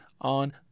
on